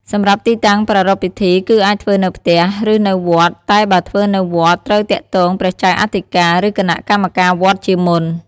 សម្រាប់ទីតាំងប្រារព្វពិធី គឺ អាចធ្វើនៅផ្ទះ ឬនៅវត្ត តែបើធ្វើនៅវត្ត ត្រូវទាក់ទងព្រះចៅអធិការ ឬគណៈកម្មការវត្តជាមុន។